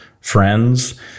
friends